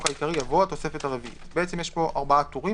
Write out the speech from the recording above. העיקרי יבוא: "תוספת רביעית (סעיף 2(א1)(2)) טור א'